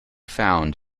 found